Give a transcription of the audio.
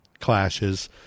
clashes